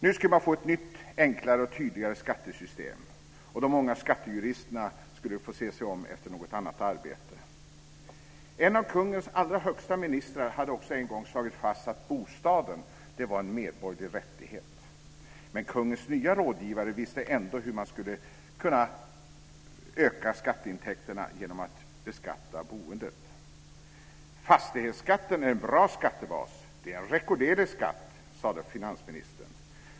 Nu skulle man få ett nytt, enklare och tydligare skattesystem. De många skattejuristerna skulle få se sig om efter något annat arbete. En av kungens allra högsta ministrar hade också en gång slagit fast att bostaden var en medborgerlig rättighet, men kungens nya rådgivare visste ändå hur man skulle kunna öka skatteintäkterna genom att beskatta boendet. "Fastighetsskatten är en bra skattebas. Det är en rekorderlig skatt", sade finansministern.